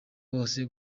bose